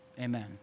amen